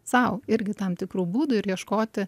sau irgi tam tikrų būdų ir ieškoti